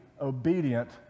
obedient